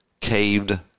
caved